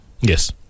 Yes